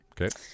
Okay